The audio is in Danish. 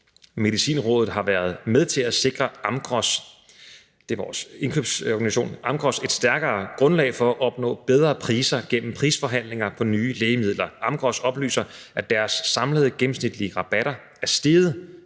Amgros – det er vores indkøbsorganisation – et stærkere grundlag for at opnå bedre priser gennem prisforhandlinger på nye lægemidler. Amgros oplyser, at deres samlede gennemsnitlige rabatter er steget